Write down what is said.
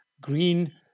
green